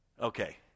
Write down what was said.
Okay